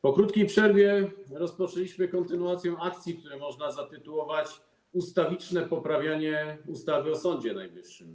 Po krótkiej przerwie rozpoczęliśmy kontynuację akcji, którą można zatytułować: ustawiczne poprawianie ustawy o Sądzie Najwyższym.